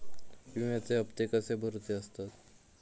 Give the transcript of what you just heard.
विम्याचे हप्ते कसे भरुचे असतत?